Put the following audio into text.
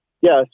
Yes